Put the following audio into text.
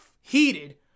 heated